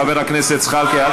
חבר הכנסת זחאלקה.